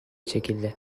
çekildi